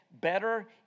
better